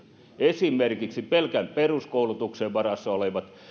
esimerkiksi pelkän peruskoulutuksen varassa olevat